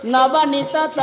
Navanita